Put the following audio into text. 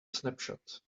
snapshot